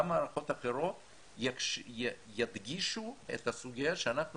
גם מערכות אחרות ידגישו את הסוגיה שאנחנו